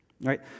right